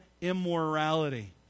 immorality